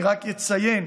אני רק אציין